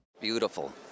Beautiful